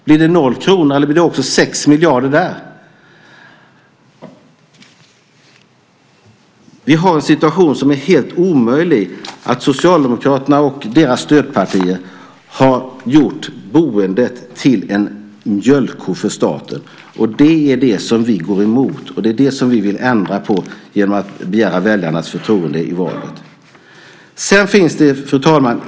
Blir det 0 kr eller blir det 6 miljarder kronor där också? Vi har en situation som är helt omöjlig. Socialdemokraterna och deras stödpartier har gjort boendet till en mjölkko för staten. Det går vi emot. Det vill vi ändra på genom att begära väljarnas förtroende i valet. Fru talman!